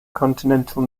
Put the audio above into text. continental